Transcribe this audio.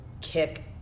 kick